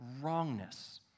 wrongness